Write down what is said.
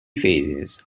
phases